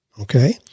Okay